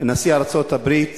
נשיא ארצות-הברית